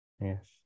Yes